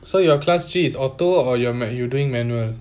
so your class three is auto or you you doing manual